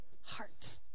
heart